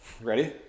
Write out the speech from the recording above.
Ready